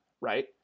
right